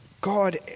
God